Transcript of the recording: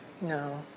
No